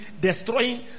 destroying